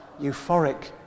euphoric